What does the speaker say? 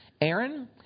Aaron